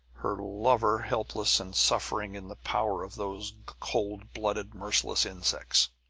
her lover helpless and suffering in the power of those cold-blooded, merciless insects.